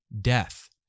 death